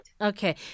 Okay